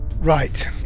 Right